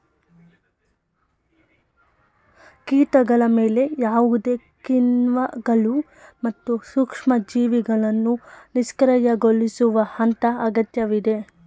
ಕೀಟಗಳ ಮೇಲೆ ಯಾವುದೇ ಕಿಣ್ವಗಳು ಮತ್ತು ಸೂಕ್ಷ್ಮಜೀವಿಗಳನ್ನು ನಿಷ್ಕ್ರಿಯಗೊಳಿಸುವ ಹಂತ ಅಗತ್ಯವಿದೆ